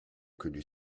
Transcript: connu